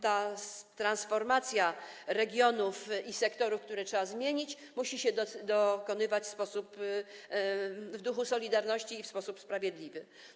Ta transformacja regionów i sektorów, które trzeba zmienić, musi się dokonywać w duchu solidarności i w sposób sprawiedliwy.